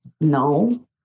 no